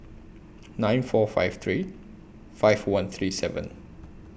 nine four five three five one three seven